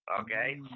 Okay